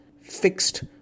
fixed